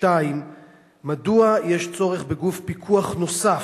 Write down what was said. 2. מדוע יש צורך בגוף פיקוח נוסף,